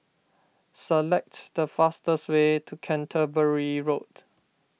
select the fastest way to Canterbury Road